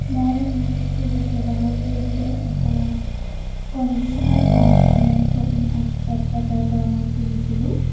মই মোৰ চুলিত ব্যৱহাৰ কৰিবলৈ এটা কণ্ডিচনাৰ মই অনলাইন শ্বপিং এপ এপ এটাৰ পৰা মই কিনিছিলোঁ